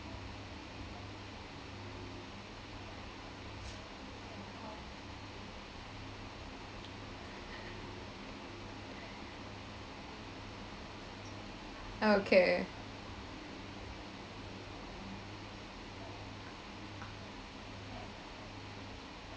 okay